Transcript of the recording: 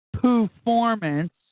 performance